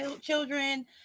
children